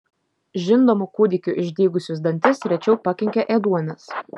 žindomų kūdikių išdygusius dantis rečiau pakenkia ėduonis